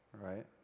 right